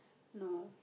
no